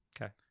Okay